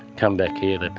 come back here,